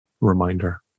reminder